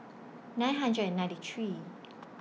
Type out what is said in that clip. nine hundred and ninety three